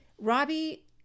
Robbie